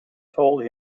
told